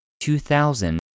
2000